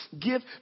give